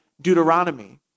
Deuteronomy